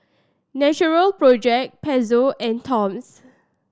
Natural Project Pezzo and Toms